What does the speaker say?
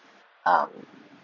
um